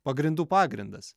pagrindų pagrindas